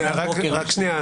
כדי להזכיר,